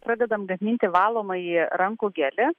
pradedam gaminti valomąjį rankų gelis